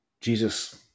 Jesus